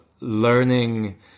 learning